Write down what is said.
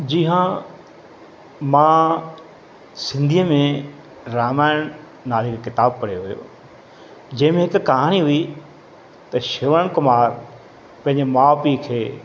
जी हा मां सिंधीअ में रामायण नाले हिकु किताबु पढ़ियो हुयो जंहिंमें त कहाणी हुई त श्रवण कुमार पंहिंजे माउ पीउ खे